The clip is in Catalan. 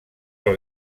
pel